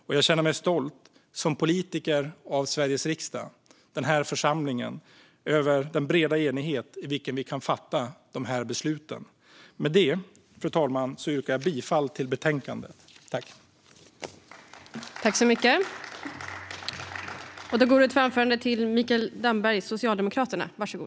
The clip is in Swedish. Och jag känner mig som politiker i denna församling, Sveriges riksdag, stolt över den breda enighet med vilken vi kan fatta dessa beslut. Med detta, fru talman, yrkar jag bifall till utskottets förslag i betänkandet.